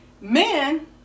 Men